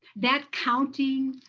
that counting,